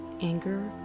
anger